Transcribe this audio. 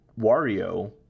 wario